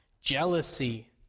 jealousy